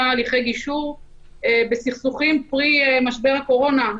הליכי גישור בסכסוכים פרי משבר הקורונה.